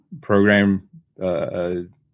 program